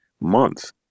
month